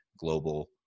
global